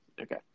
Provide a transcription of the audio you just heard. Okay